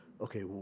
okay